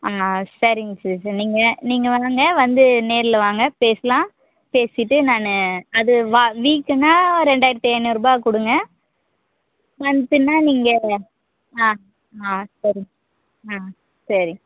சரிங்க சிஸ் நீங்கள் நீங்கள் வாங்க வந்து நேரில் வாங்க பேசலாம் பேசிவிட்டு நான் அது வீக்குனா ரெண்டாயிரத்தி ஐநூறு ரூபாய் கொடுங்க மன்த்லினா நீங்கள் ஆ ஆ சரிங்க ஆ சரிங்க